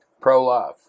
Pro-life